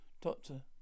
Doctor